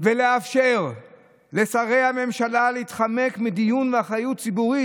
ולאפשר לשרי הממשלה להתחמק מדיון ומאחריות ציבורית".